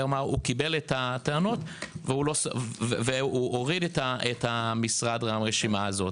הוא קיבל את הטענות והוריד את המשרד מהרשימה הזאת,